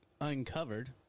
uncovered